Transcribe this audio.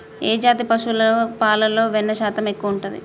ఏ జాతి పశువుల పాలలో వెన్నె శాతం ఎక్కువ ఉంటది?